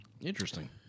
Interesting